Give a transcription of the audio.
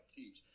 teach